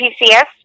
PCS